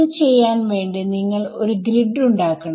ഇത് ചെയ്യാൻ വേണ്ടി നിങ്ങൾ ഒരു ഗ്രിഡ് ഉണ്ടാക്കണം